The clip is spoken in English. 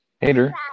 Hater